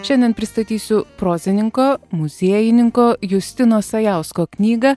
šiandien pristatysiu prozininko muziejininko justino sajausko knygą